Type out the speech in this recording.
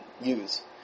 use